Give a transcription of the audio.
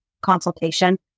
consultation